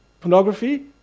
pornography